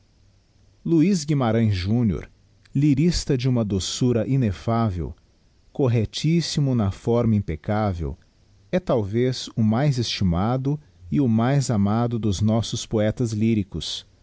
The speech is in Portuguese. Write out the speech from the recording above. luiz guimarães júnior lyrista de uma doçura ineffavel correctíssimo na forma impeccavel é talvez o mais estimado e o mais amado dos nossos poetas lyricos